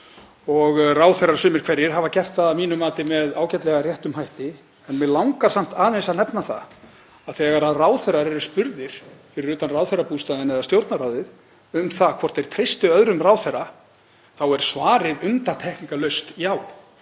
og ráðherrar sumir hverjir hafa gert það að mínu mati með ágætlega réttum hætti. En mig langar samt aðeins að nefna það að þegar ráðherrar eru spurðir fyrir utan ráðherrabústaðinn eða Stjórnarráðið hvort þeir treysti öðrum ráðherra þá er svarið undantekningarlaust: Já.